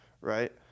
right